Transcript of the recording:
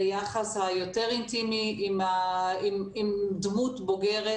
ליחס היותר אינטימי עם דמות בוגרת,